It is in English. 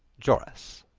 jorace